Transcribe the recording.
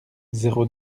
zéro